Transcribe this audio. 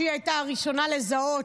שהיא הייתה הראשונה לזהות,